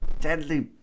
Deadly